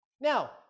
Now